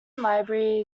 library